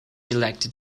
elected